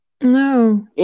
no